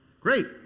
great